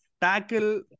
tackle